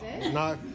no